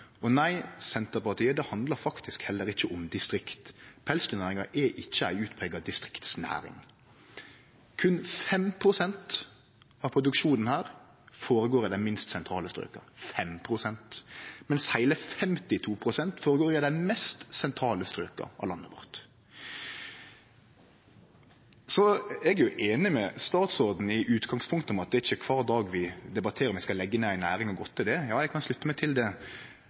Og nei, Senterpartiet: Det handlar faktisk heller ikkje om distrikt. Pelsdyrnæringa er ikkje ei utprega distriktsnæring. Berre 5 pst. av produksjonen føregår i dei minst sentrale strøka – 5 pst. Heile 52 pst. føregår i dei mest sentrale strøka i landet vårt. Eg er i utgangspunktet einig med statsråden i at det er ikkje kvar dag vi debatterer om vi skal leggje ned ei næring, og godt er det. Ja, eg kan slutte meg til det.